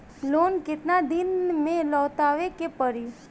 Loan केतना दिन में लौटावे के पड़ी?